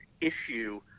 issue